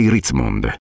Ritzmond